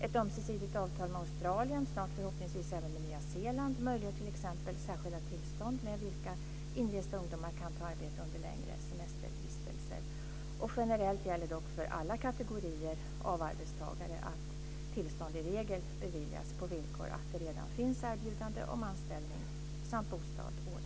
Ett ömsesidigt avtal med Australien - snart förhoppningsvis även med Nya Zeeland - möjliggör t.ex. särskilda tillstånd med vilka inresta ungdomar kan ta arbete under längre semestervistelser. Generellt gäller dock för alla kategorier av arbetstagare att tillstånd i regel beviljas på villkor att det redan finns erbjudande om anställning samt bostad ordnad.